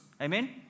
Amen